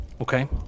okay